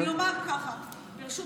ברשות